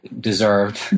deserved